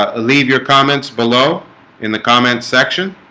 ah leave your comments below in the comment section.